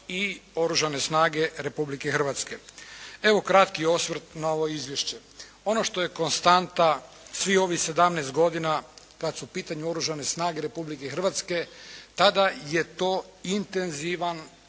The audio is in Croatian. i Oružane snage Republike Hrvatske. Evo, kratki osvrt na ovo izvješće. Ono što je konstanta svih ovih 17 godina kad su u pitanju Oružane snage Republike Hrvatske, tada je to intenzivan